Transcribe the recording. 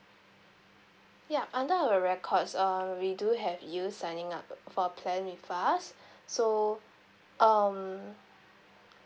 ya under our records uh we do have you signing up for a plan with us so um